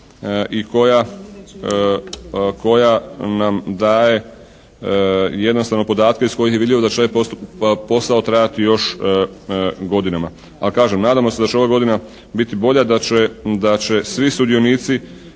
i koja nam daje jednostavno podatke iz kojih je vidljivo da će posao trajati još godinama. A kažem, nadamo se da će ova godina biti bolja, da će svi sudionici